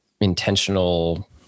intentional